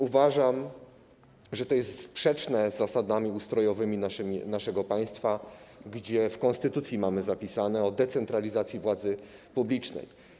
Uważam, że to jest sprzeczne z zasadami ustrojowymi naszego państwa, gdyż w konstytucji mamy zapis o decentralizacji władzy publicznej.